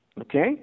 Okay